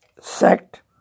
sect